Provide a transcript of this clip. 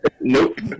Nope